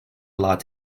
lot